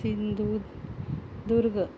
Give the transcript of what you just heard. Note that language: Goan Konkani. सिंदुधुर्ग